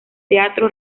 teatro